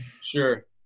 sure